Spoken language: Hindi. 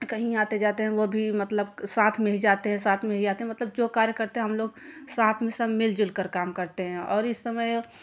कहीं आते जाते हैं वो भी मतलब साथ में ही जाते हैं साथ में ही आते मतलब जो कार्य करते हैं हम लोग साथ में सब मिलजुल कर काम करते हैं और इस समय